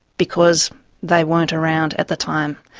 because they weren't around at the time.